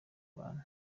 bantu